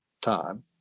time